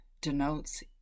denotes